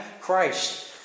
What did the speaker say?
Christ